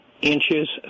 inches